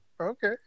Okay